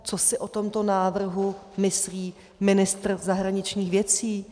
Co si o tomto návrhu myslí ministr zahraničních věcí?